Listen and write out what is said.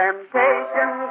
Temptation